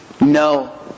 No